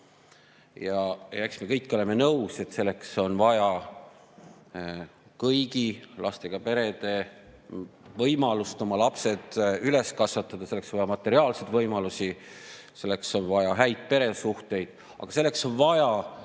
Ja eks me kõik oleme nõus, et selleks on vaja kõigi lastega perede võimalust oma lapsed üles kasvatada. Selleks on vaja materiaalseid võimalusi, selleks on vaja häid peresuhteid, aga selleks on vaja